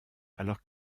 alors